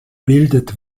bildet